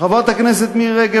חברת הכנסת מירי רגב,